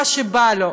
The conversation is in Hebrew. מה שבא לו.